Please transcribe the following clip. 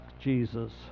Jesus